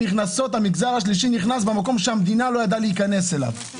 המגזר השלישי נכנס במקום שהמדינה לא ידעה להיכנס אליו.